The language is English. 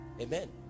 Amen